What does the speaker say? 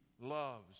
loves